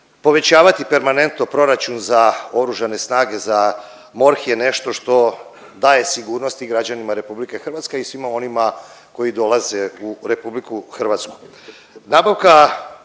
povećavati permanentno proračun za Oružane snage za MORH je nešto što daje sigurnost i građanima Republike Hrvatske i svima onima koji dolaze u Republiku Hrvatsku.